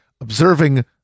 observing